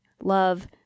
Love